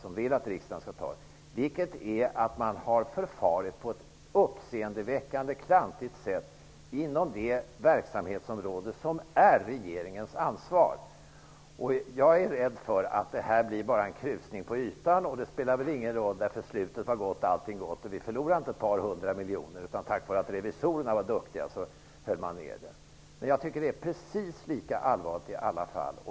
Man har förfarit på ett uppseendeväckande klantigt sätt inom det verksamhetsområde som är regeringens ansvar. Jag är rädd för att detta bara blir en krusning på ytan. Det spelar väl ingen roll. Slutet gott, allting gott. Vi förlorade inte ett par hundra miljoner. Tack vare att revisorerna var duktiga kunde det hållas ner. Men jag tycker att det är precis lika allvarligt i alla fall.